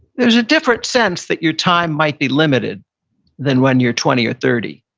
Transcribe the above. there's a different sense that your time might be limited than when you're twenty or thirty.